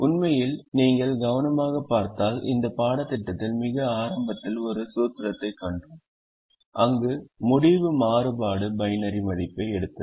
உண்மையில் நீங்கள் கவனமாகப் பார்த்தால் இந்த பாடத்திட்டத்தில் மிக ஆரம்பத்தில் ஒரு சூத்திரத்தைக் கண்டோம் அங்கு முடிவு மாறுபாடு பைனரி மதிப்பை எடுத்தது